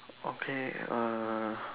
okay err